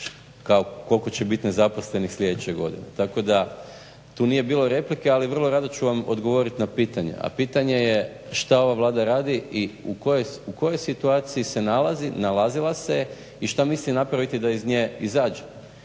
kao koliko će biti nezaposlenih sljedeće godine. Tako da tu nije bilo replike, ali vrlo rado ću vam odgovoriti na pitanje. A pitanje je što ova Vlada radi i u kojoj situaciji se nalazi, nalazila se je i što misli napraviti da iz nje izađe?